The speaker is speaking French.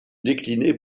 déclinées